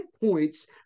points